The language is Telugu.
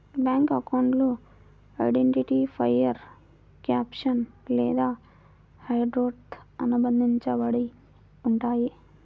బ్యేంకు అకౌంట్లు ఐడెంటిఫైయర్ క్యాప్షన్ లేదా హెడర్తో అనుబంధించబడి ఉంటయ్యి